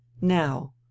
now